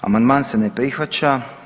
Amandman se ne prihvaća.